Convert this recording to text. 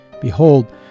Behold